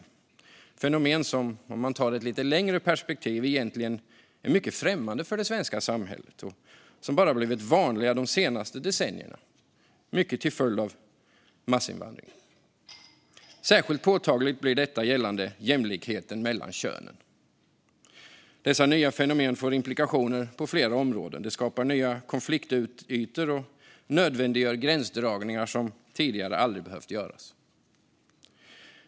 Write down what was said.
Det är fenomen som, om man tar ett lite längre perspektiv, egentligen är mycket främmande för det svenska samhället. De har bara blivit vanliga de senaste decennierna, mycket till följd av massinvandringen. Särskilt påtagligt blir detta gällande jämlikheten mellan könen. Dessa nya fenomen får implikationer på flera områden. De skapar nya konfliktytor och nödvändiggör gränsdragningar som tidigare aldrig behövt göras.